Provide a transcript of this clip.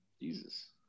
Jesus